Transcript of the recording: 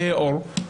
כהי עור.